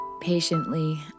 Patiently